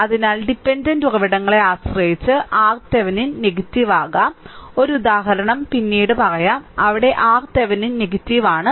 അതിനാൽ ഡിപെൻഡന്റ് ഉറവിടങ്ങളെ ആശ്രയിച്ച് RThevenin നെഗറ്റീവ് ആകാം ഒരു ഉദാഹരണം പിന്നീട് പറയാം അവിടെ RThevenin നെഗറ്റീവ് ആണ്